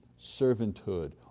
servanthood